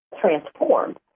transformed